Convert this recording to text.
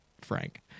Frank